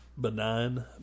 Benign